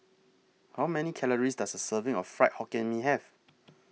How Many Calories Does A Serving of Fried Hokkien Mee Have